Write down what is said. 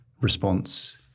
response